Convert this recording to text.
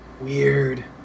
Weird